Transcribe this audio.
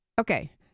Okay